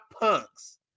punks